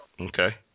Okay